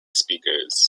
speakers